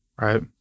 Right